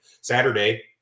Saturday